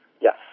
Yes